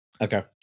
Okay